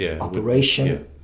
operation